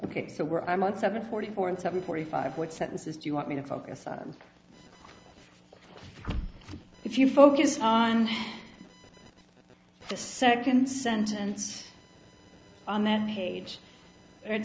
ok so we're i'm on seven forty four and seven forty five what sentences do you want me to focus on if you focus on the second sentence on that page